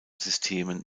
systemen